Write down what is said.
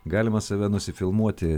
galima save nusifilmuoti